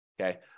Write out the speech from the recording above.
okay